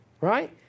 right